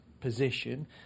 position